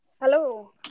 Hello